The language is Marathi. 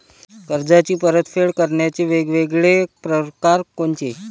कर्जाची परतफेड करण्याचे वेगवेगळ परकार कोनचे?